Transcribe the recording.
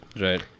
Right